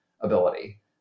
ability